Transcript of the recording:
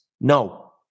No